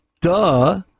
Duh